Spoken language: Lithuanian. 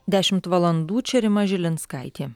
dešimt valandų čia rima žilinskaitė